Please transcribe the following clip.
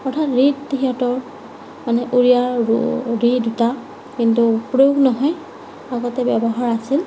অৰ্থাৎ ঋত সিহঁতৰ মানে উৰিয়াৰ ৰু ঋ দুটা কিন্তু প্ৰয়োগ নহয় আগতে ব্যৱহাৰ আছিল